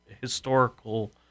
historical